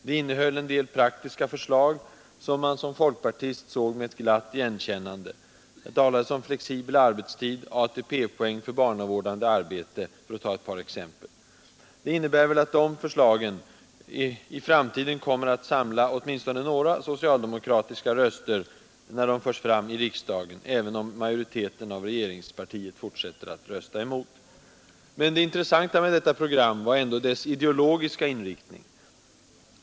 Det innehöll en del praktiska förslag som man som folkpartist såg med ett glatt igenkännande. Där talades om flexibel arbetstid och om ATP-poäng för barnavårdande arbete, för att ta ett par exempel. Det innebär väl att de förslagen i framtiden kommer att samla åtminstone några socialdemokratiska röster nästa gång de förs fram i riksdagen, även om majoriteten av regeringspartiet fortsätter att rösta emot. Men det intressanta med programmet var ändå dess ideologiska inriktning.